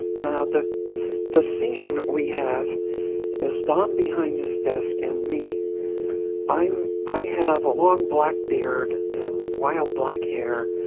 now, the the scene we have is don behind his desk and me i'm i have a long black beard and wild black hair.